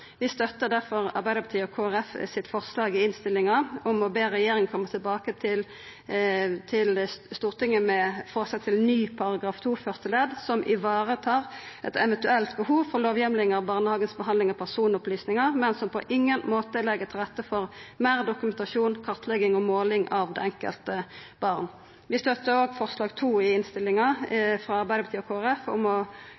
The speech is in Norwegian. Vi støttar difor Arbeidarpartiet og Kristeleg Folkeparti sitt forslag i innstillinga om å be regjeringa koma tilbake til Stortinget med forslag til ny § 2 første ledd som tar vare på eit eventuelt behov for lovheimling for behandling av personopplysningar, men som på ingen måte legg til rette for meir dokumentasjon, kartlegging og måling av det enkelte barnet. Vi støttar òg forslag nr. 2 i innstillinga,